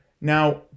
Now